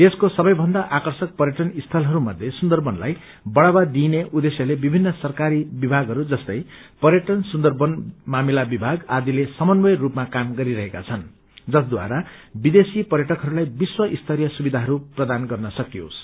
देशका सबैभन्दा आकर्षक पर्यन स्थतहरूमध्ये सुन्दरबनलाई बढ़ावा दिइने उइेश्यले विभिन्न सरकारी विभागहरू जस्तै पर्यटन सुन्दरबन मामिला विभाग आदिले समन्वय रूपमा काम गरिरहेका छन् जसबारा विदेशी पर्यटकहस्लाई विश्व स्तरीय सुविधाहरू प्रदान गर्न सकियोस्